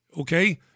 Okay